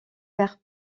vert